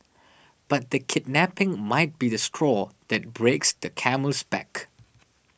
but the kidnapping might be the straw that breaks the camel's back